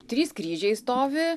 trys kryžiai stovi